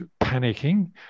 panicking